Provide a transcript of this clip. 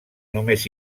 només